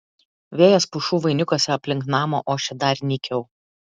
vėjas pušų vainikuose aplink namą ošė dar nykiau